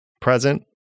present